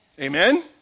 Amen